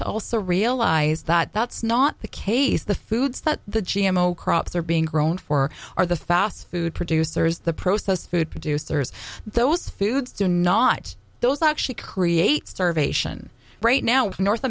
to also realize that that's not the case the foods that the g m o crops are being grown for are the fast food producers the processed food producers those foods do not those actually create starvation right now with north